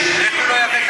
איך הוא לא יהווה תקדים?